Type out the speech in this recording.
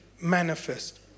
manifest